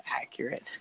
accurate